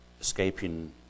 escaping